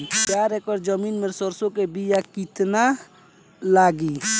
चार एकड़ जमीन में सरसों के बीया कितना लागी?